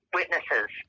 witnesses